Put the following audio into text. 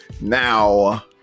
now